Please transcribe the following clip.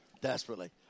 Desperately